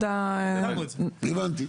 הבנתי.